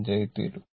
5 ആയിത്തീരും